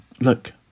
Look